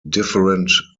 different